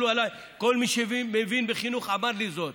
כל מי שמבין בחינוך אמר לי זאת